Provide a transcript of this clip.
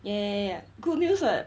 ya ya ya good news [what]